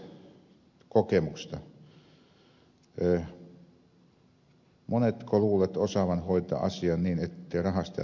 monenko luulet osaavan hoitaa asian niin ettei rahastajat pääse jylläämään